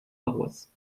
paroisses